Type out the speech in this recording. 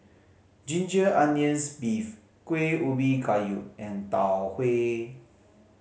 ginger onions beef Kueh Ubi Kayu and Tau Huay